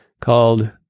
called